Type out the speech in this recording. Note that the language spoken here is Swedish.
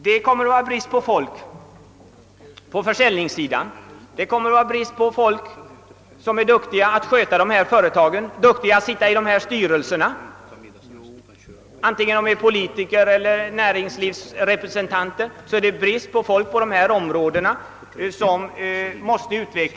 Det kommer att råda brist på folk på försäljningssidan men även på duktigt folk i övrigt, som kan sköta dessa företag och sitta i deras styrelser — vare sig de skall vara politiker eller näringslivsrepresentanter.